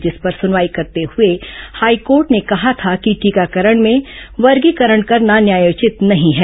जिस पर सुनवाई करते हुए हाईकोर्ट ने कहा था कि टीकाकरण में वर्गीकरण करना न्यायोचित नहीं है